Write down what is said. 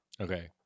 Okay